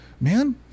Man